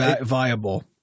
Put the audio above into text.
viable